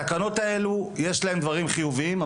בתקנות האלה יש דברים חיוביים,